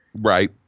Right